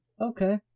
okay